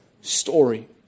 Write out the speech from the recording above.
story